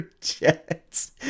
Jets